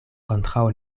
kontraŭ